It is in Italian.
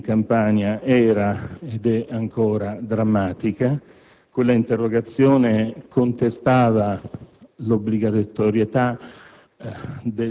dei rifiuti in Campania era ed è ancora drammatica. L'interrogazione contestava l'obbligatorietà